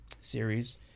series